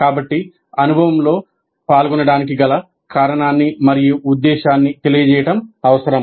కాబట్టి అనుభవంలో పాల్గొనడానికి గల కారణాన్ని మరియు ఉద్దేశ్యాన్ని తెలియజేయడం అవసరం